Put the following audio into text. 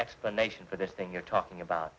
explanation for the thing you're talking about